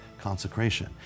consecration